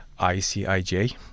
ICIJ